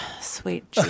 Sweet